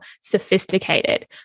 sophisticated